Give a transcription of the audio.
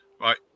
right